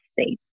state